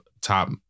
top